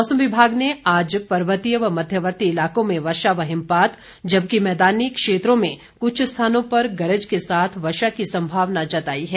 मौसम विभाग ने आज पर्वतीय व मध्यवर्ती इलाकों में वर्षा व हिमपात जबकि मैदानी क्षेत्रों में कुछ स्थानों पर गरज के साथ वर्षा की संभावना जताई है